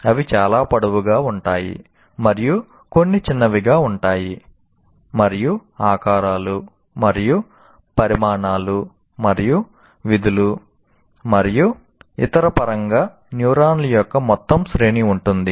అవి చాలా పొడవుగా ఉంటాయి మరియు కొన్ని చిన్నవిగా ఉంటాయి మరియు ఆకారాలు మరియు పరిమాణాలు మరియు విధులు మరియు ఇతర పరంగా న్యూరాన్ల యొక్క మొత్తం శ్రేణి ఉంటుంది